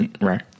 Right